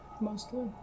mostly